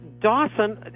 Dawson